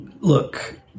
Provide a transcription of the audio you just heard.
Look